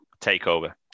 takeover